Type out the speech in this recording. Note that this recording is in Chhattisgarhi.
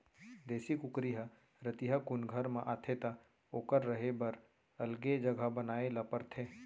देसी कुकरी ह रतिहा कुन घर म आथे त ओकर रहें बर अलगे जघा बनाए ल परथे